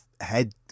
head